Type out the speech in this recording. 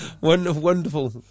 Wonderful